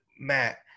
Matt